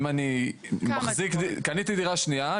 אם אני קניתי דירה שנייה,